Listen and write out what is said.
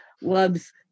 loves